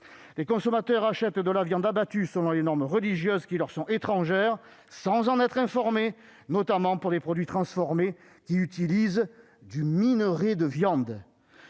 Les consommateurs achètent de la viande abattue selon des normes religieuses qui leur sont étrangères sans en être informés. Je pense notamment à des produits transformés qui utilisent du minerai de viande.